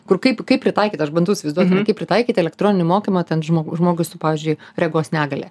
kur kaip kaip pritaikyt aš bandau įsivaizduot kaip pritaikyt elektroninį mokymą ten žmo žmogui su pavyzdžiui regos negalia